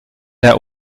der